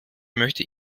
möchte